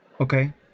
Okay